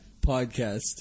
podcast